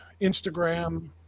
Instagram